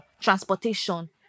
transportation